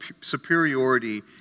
superiority